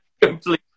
completely